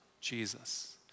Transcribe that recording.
Jesus